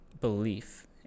belief